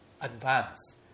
advance